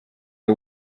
the